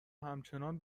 همچنان